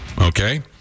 Okay